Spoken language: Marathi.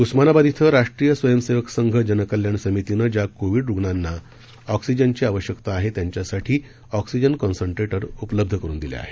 उस्मानाबाद इथं राष्ट्रीय स्वयंसेवक संघ जनकल्याण समितीनं ज्या कोविड रुग्णांना ऑक्सिजनची आवश्यकता आहे त्यांच्यासाठी ऑक्सिजन कॉन्सन्ट्रेटर उपलब्ध करून दिले आहेत